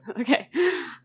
Okay